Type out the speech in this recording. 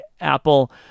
Apple